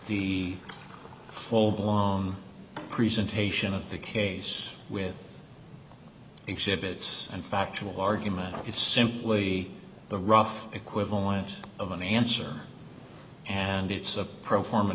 the full belong presentation of the case with exhibits and factual argument is simply the rough equivalent of an answer and it's a pro forma